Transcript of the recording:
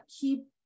keep